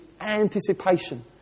anticipation